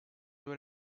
dois